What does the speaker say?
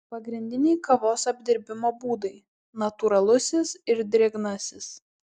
pagrindiniai kavos apdirbimo būdai natūralusis ir drėgnasis